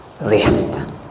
rest